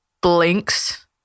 blinks